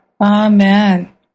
Amen